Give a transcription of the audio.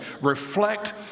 reflect